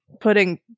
putting